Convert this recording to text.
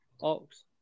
Ox